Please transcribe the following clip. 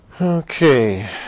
Okay